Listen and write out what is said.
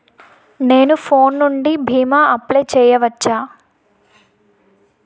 నేను ఫోన్ నుండి భీమా అప్లయ్ చేయవచ్చా?